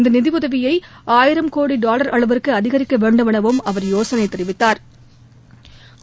இந்த நிதியுதவியை ஆயிரம் கோடி டாவர் அளவிற்கு அதிகரிக்க வேண்டுமௌவும் அவர் யோசனை தெரிவித்தாா்